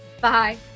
Bye